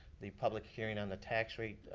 the public hearing on the tax rate,